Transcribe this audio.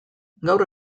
gaur